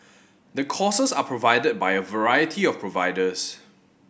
the courses are provided by a variety of providers